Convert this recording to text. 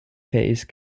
phase